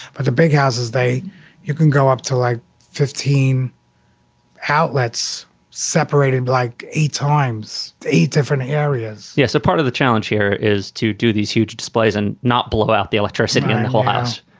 but the big houses they you can go up to like fifteen outlets separated like eight times eight different areas yes. so part of the challenge here is to do these huge displays and not blow out the electricity in the whole house